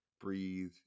breathe